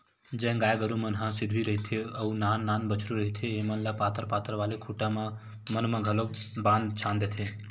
जेन गाय गरु मन ह सिधवी रहिथे अउ नान नान बछरु रहिथे ऐमन ल पातर पातर वाले खूटा मन म घलोक बांध छांद देथे